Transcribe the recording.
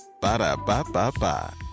Ba-da-ba-ba-ba